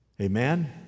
Amen